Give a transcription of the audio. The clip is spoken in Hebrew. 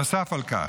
נוסף על כך,